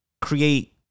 create